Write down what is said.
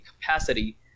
capacity